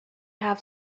have